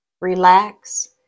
relax